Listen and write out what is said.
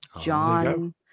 John